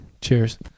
Cheers